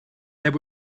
there